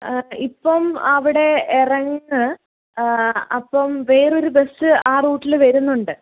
ഇപ്പം അവിടെ ഇറങ്ങുക അപ്പം വേറൊരു ബസ് ആ റൂട്ടിൽ വരുന്നുണ്ട്